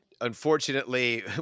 unfortunately